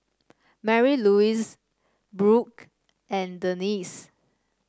Marylouise Brooke and Denise